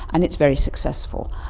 and it's very successful.